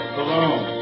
alone